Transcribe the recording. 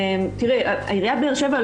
עיריית באר-שבע,